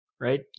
right